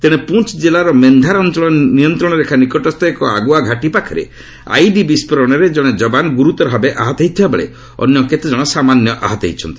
ତେଶେ ପୁଞ୍ କିଲ୍ଲାର ମେନ୍ଧାର ଅଞ୍ଚଳ ନିୟନ୍ତ୍ରଣ ରେଖା ନିକଟସ୍କ ଏକ ଆଗୁଆ ଘାଟି ପାଖରେ ଆଇଇଡି ବିସ୍ଫୋରଣରେ ଜଣେ ଯବାନ୍ ଗ୍ରର୍ତର ଭାବେ ଆହତ ହୋଇଥିବା ବେଳେ ଅନ୍ୟ କେତେ ଜଣ ସାମାନ୍ୟ ଆହତ ହୋଇଛନ୍ତି